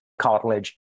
cartilage